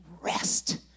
rest